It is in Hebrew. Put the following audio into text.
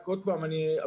עוד פעם אבהיר.